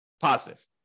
positive